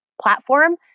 platform